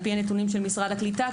לפי הנתונים של משרד הקליטה,